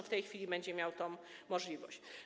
W tej chwili będzie miał tę możliwość.